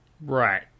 Right